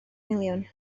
miliwn